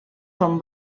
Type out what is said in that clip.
són